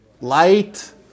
light